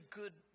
good